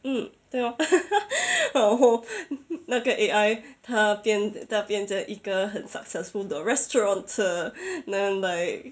mm 对哦 然后那个 A_I 它变它变成一个很 successful 的 restauranteur 能 like